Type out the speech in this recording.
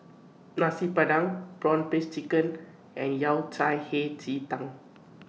Nasi Padang Prawn Paste Chicken and Yao Cai Hei Ji Tang